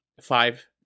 five